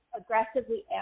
aggressively